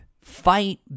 fight